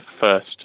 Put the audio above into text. first